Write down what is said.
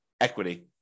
equity